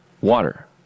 water